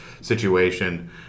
situation